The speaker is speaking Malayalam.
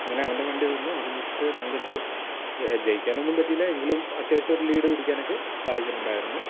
അങ്ങനെ അവൻ്റെ വണ്ടി തന്നു അതും വച്ചിട്ട് പങ്കെടുത്തു ജയിക്കാനൊന്നും പറ്റിയില്ല എങ്കിലും അത്യാവശ്യം ഒരു ലീഡ് പിടിക്കാനൊക്കെ സാധിച്ചിട്ടുണ്ടായിരുന്നു